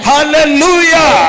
Hallelujah